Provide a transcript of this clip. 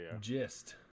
gist